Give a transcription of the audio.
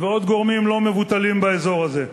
ועוד גורמים לא מבוטלים באזור הזה.